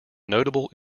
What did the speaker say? notable